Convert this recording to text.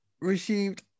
received